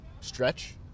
Stretch